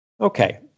okay